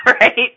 right